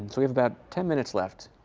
we've got ten minutes left.